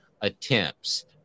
attempts